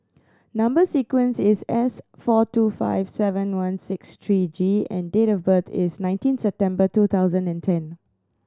number sequence is S four two five seven one six three G and date of birth is nineteen September two thousand and ten